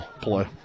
play